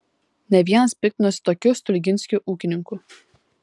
ne vienas piktinosi tokiu stulginskiu ūkininku